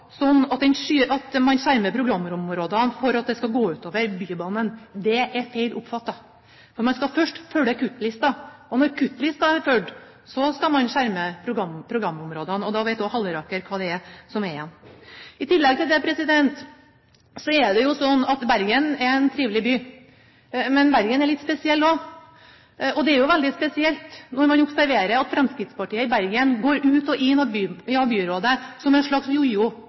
at man skjermer programområdene for at det skal gå ut over Bybanen. Det er feil oppfattet. Man skal først følge kuttlisten. Og når kuttlisten er fulgt, skal man skjerme programområdene. Og da vet også Halleraker hva som er igjen. Bergen er en trivelig by. Men Bergen er litt spesiell også. Og det er veldig spesielt å observere Fremskrittspartiet i Bergen, som går ut og inn av byrådet som en slags